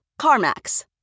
CarMax